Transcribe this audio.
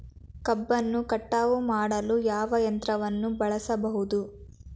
ಕಬ್ಬನ್ನು ಕಟಾವು ಮಾಡಲು ಯಾವ ಯಂತ್ರವನ್ನು ಬಳಸಬಹುದು?